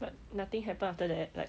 but nothing happen after that like